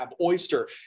oyster